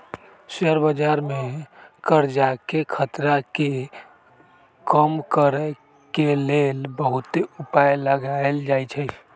share बजार में करजाके खतरा के कम करए के लेल बहुते उपाय लगाएल जाएछइ